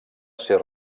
ser